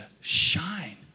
shine